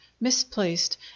misplaced